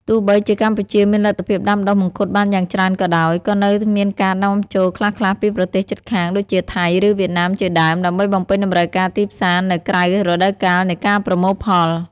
ទោះបីជាកម្ពុជាមានលទ្ធភាពដាំដុះមង្ឃុតបានយ៉ាងច្រើនក៏ដោយ ក៏នៅមានការនាំចូលខ្លះៗពីប្រទេសជិតខាងដូចជាថៃឬវៀតណាមជាដើម ដើម្បីបំពេញតម្រូវការទីផ្សារនៅក្រៅរដូវកាលនៃការប្រមូលផល